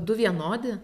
du vienodi